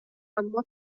تمبر